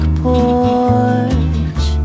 porch